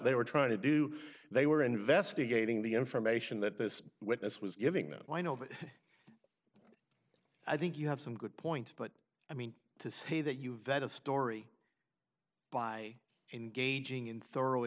they were trying to do they were investigating the information that this witness was giving them i know but i think you have some good points but i mean to say that you vet a story by engaging in thorough